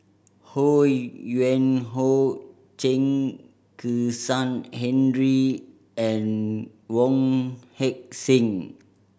Ho Yuen Hoe Chen Kezhan Henri and Wong Heck Sing